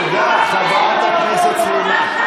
תודה, חברת הכנסת סלימאן.